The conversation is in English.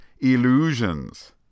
illusions